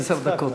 עשר דקות.